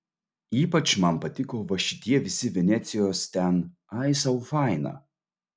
ypač man patiko va šitie visi venecijos ten ai sau faina